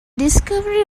discovery